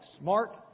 Mark